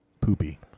poopy